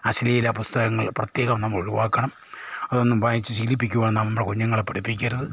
അശ്ലീല പുസ്തകങ്ങൾ പ്രത്യേകം നാം ഒഴിവാക്കണം അതൊന്നും വായിച്ചു ശീലിപ്പിക്കുവാൻ നാം നമ്മുടെ കുഞ്ഞുങ്ങളെ പഠിപ്പിക്കരുത്